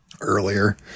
earlier